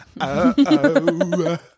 uh-oh